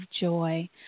joy